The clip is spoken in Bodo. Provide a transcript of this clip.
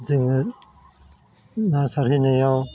जोङो ना सारहैनायाव